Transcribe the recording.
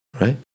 right